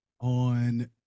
on